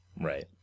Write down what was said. Right